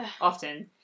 often